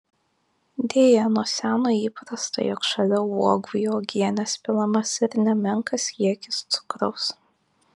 deja nuo seno įprasta jog šalia uogų į uogienes pilamas ir nemenkas kiekis cukraus